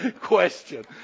question